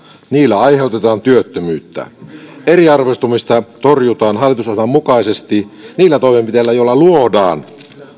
niillä aiheutetaan työttömyyttä eriarvoistumista torjutaan hallitusohjelman mukaisesti niillä toimenpiteillä joilla luodaan